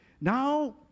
Now